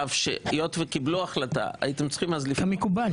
היות שקיבלו החלטה -- כמקובל.